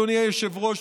אדוני היושב-ראש,